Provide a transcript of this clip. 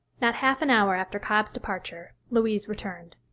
not half an hour after cobb's departure louise returned.